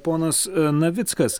ponas navickas